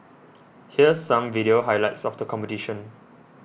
here's some video highlights of the competition